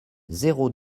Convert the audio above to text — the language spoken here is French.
zéro